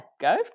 go